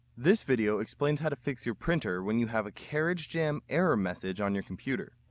this video explains how to fix your printer when you have a carriage jam error message on your computer.